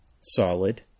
solid